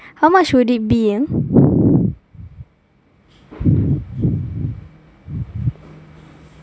how much would it be then